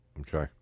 Okay